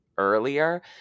earlier